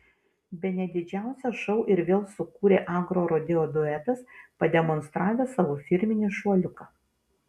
bene didžiausią šou ir vėl sukūrė agrorodeo duetas pademonstravęs savo firminį šuoliuką